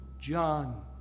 John